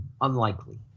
unlikely